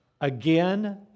Again